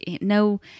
no